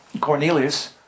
Cornelius